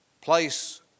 place